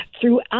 throughout